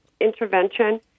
intervention